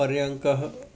पर्यङ्कः